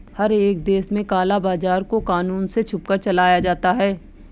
हर एक देश में काला बाजार को कानून से छुपकर चलाया जाता है